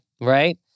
right